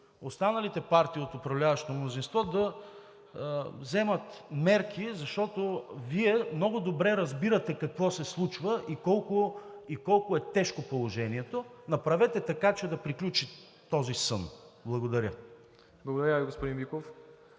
останалите партии от управляващото мнозинство да вземат мерки, защото Вие много добре разбирате какво се случва и колко е тежко положението. Направете така, че да приключи този сън. Благодаря. ПРЕДСЕДАТЕЛ